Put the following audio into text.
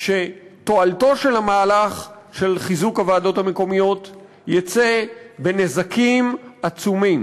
שתועלתו של המהלך של חיזוק הוועדות המקומיות תצא בנזקים עצומים.